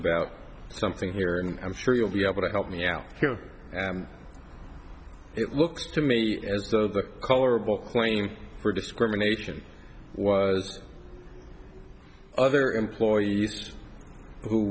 about something here and i'm sure you'll be able to help me out and it looks to me as though the colorable claim for discrimination was other employees who